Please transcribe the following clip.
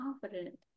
confident